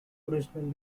original